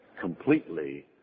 completely